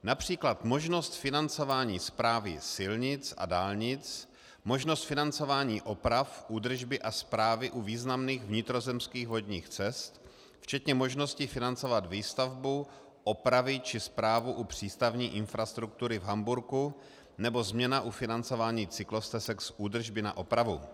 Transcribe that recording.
Například možnost financování správy silnic a dálnic, možnost financování oprav, údržby a správy u významných vnitrozemských vodních cest včetně možnosti financovat výstavbu, opravy či správu u přístavní infrastruktury v Hamburku, nebo změna u financování cyklostezek z údržby na opravu.